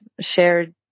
shared